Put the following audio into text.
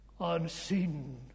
unseen